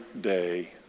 day